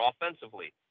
offensively